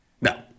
no